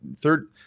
third